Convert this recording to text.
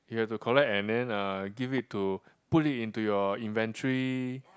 you have to collect and then uh give it to put it in your inventory